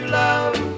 love